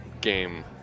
game